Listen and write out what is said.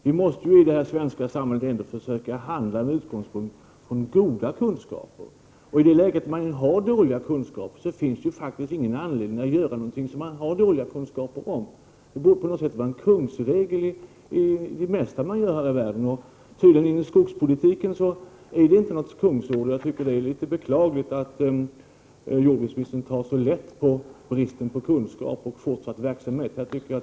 Vi måste i det svenska samhället försöka handla med utgångspunkt i goda kunskaper. I det läge då vi har dåliga kunskaper finns det ingen anledning att göra någonting. Det borde vara en kungsregel för det mesta man gör här i världen. I skogspolitiken är det tydligen inte något kungsord, och det är beklagligt att jordbruksministern tar så lätt på bristen på kunskaper och fortsatt verksamhet.